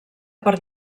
per